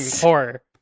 horror